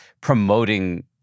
promoting